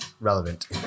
relevant